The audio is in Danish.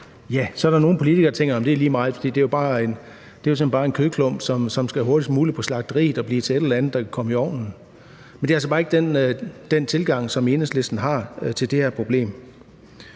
ja, så er der nogle politikere, der tænker: Jamen det er lige meget, fordi det er bare en kødklump, som hurtigst muligt skal på slagteriet og blive til et eller andet, der kan komme i ovnen. Men det altså bare ikke den tilgang, som Enhedslisten har til det her problem.